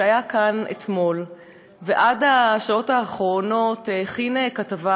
שהיה כאן אתמול ועד השעות האחרונות הכין כתבה